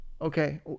okay